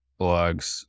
blogs